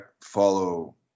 follow